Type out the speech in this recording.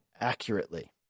accurately